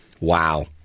Wow